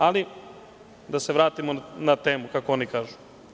Ali, da se vratimo na temu, kako oni kažu.